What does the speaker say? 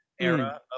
era